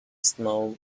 small